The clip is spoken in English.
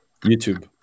YouTube